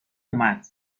اومد